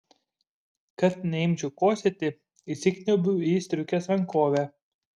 kad neimčiau kosėti įsikniaubiu į striukės rankovę